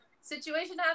Situation